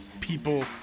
people